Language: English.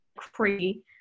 free